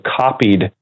copied